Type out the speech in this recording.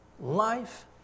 Life